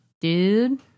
dude